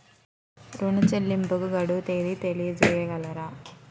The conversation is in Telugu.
ఋణ చెల్లింపుకు గడువు తేదీ తెలియచేయగలరా?